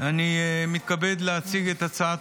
הצעת